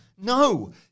no